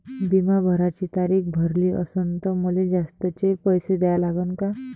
बिमा भराची तारीख भरली असनं त मले जास्तचे पैसे द्या लागन का?